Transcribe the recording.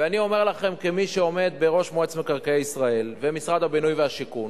אני אומר לכם כמי שעומד בראש מועצת מקרקעי ישראל ומשרד הבינוי והשיכון,